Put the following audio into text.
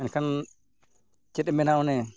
ᱮᱱᱠᱷᱟᱱ ᱪᱮᱫ ᱮᱢ ᱢᱮᱱᱟ ᱚᱱᱮ